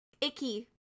icky